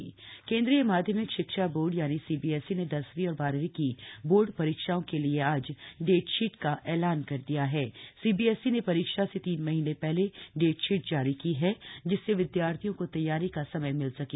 CBSE date sheet केंद्रीय माध्यमिक शिक्षा बोर्ड सीबीएसई ने दसवीं और बारहवीं की बोर्ड परीक्षाओं के लिए आज डेटशीट का ऐलान कर दिया हण सीबीएसई ने परीक्षा से तीन महीने पहले डेटशीट जारी किया है जिससे विद्यार्थियों को तघ्वारी का समय मिल सके